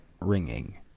ringing